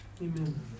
Amen